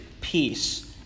peace